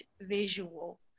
visual